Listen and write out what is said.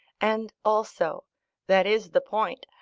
and also that is the point!